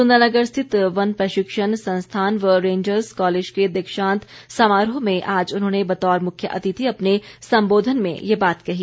सुंदरनगर स्थित वन प्रशिक्षण संस्थान व रेंजर्स कॉलेज के दीक्षांत समारोह में आज उन्होंने बतौर मुख्य अतिथि अपने संबोधन में ये बात कही